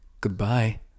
Goodbye